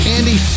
Andy